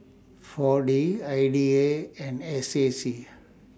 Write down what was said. four D I D A and S A C